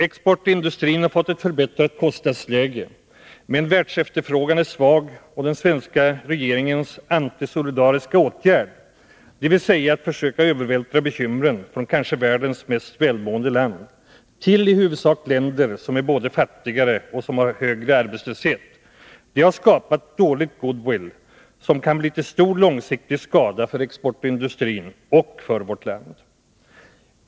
Exportindustrin har fått ett förbättrat kostnadsläge, men världsefterfrågan är svag och den svenska regeringens antisolidariska åtgärd — dvs. att försöka övervältra bekymren från kanske världens mest välmående land till i huvudsak länder som både är fattigare och har högre arbetslöshet — har skapat dålig goodwill, som kan bli till stor långsiktlig skada för exportindustrin och för vårt land.